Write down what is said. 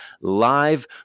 live